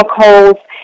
chemicals